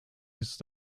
ist